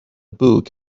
book